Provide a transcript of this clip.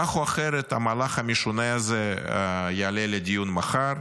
כך או אחרת, המהלך המשונה הזה יעלה לדיון מחר,